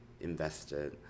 invested